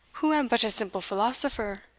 who am but a simple philosopher,